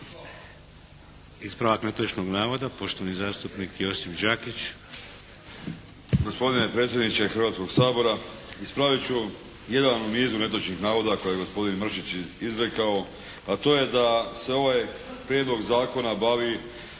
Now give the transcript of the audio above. Ispravak netočnog navoda poštovani zastupnik Josip Đakić. **Đakić, Josip (HDZ)** Gospodine predsjedniče Hrvatskog sabora! Ispravit ću jedan u nizu netočnih navoda koje je gospodin Mršić izrekao, a to je da se ovaj prijedlog zakona bavi